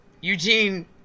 Eugene